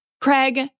Craig